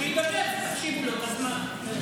שידבר, תחשיב לו את הזמן.